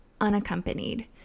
unaccompanied